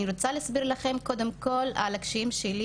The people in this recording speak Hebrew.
אני רוצה להסביר לכם קודם כל על הקשיים שלי